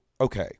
okay